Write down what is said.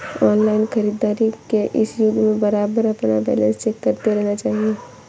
online खरीदारी के इस युग में बारबार अपना बैलेंस चेक करते रहना चाहिए